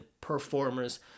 performers